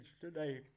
today